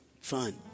fun